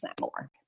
more